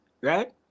right